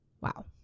Wow